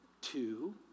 two